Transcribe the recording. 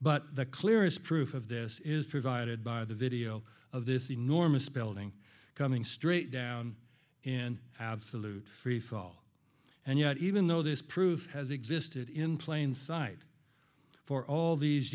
but the clearest proof of this is provided by the video of this enormous building coming straight down in absolute freefall and yet even though this proof has existed in plain sight for all these